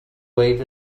waved